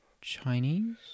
Chinese